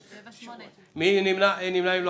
7 נמנעים,